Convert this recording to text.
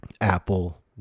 Apple